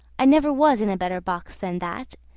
i never was in a better box than that,